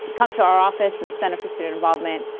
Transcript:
come to our office and the center for student involvement.